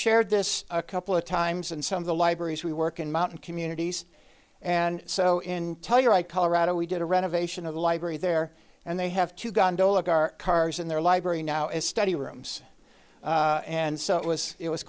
shared this a couple of times and some of the libraries we work in mountain communities and so in tell your i colorado we did a renovation of the library there and they have two gondola car cars in their library now as study rooms and so it was it was